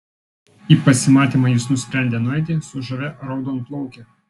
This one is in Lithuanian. į pasimatymą jis nusprendė nueiti su žavia raudonplauke